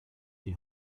die